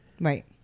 Right